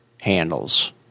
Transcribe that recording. handles